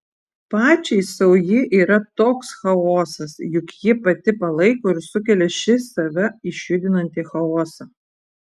pačiai sau ji yra toks chaosas juk ji pati palaiko ir sukelia šį save išjudinantį chaosą